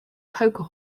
poker